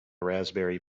raspberry